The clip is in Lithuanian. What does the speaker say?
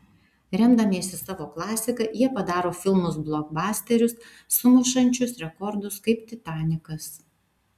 remdamiesi savo klasika jie padaro filmus blokbasterius sumušančius rekordus kaip titanikas